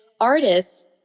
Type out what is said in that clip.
artists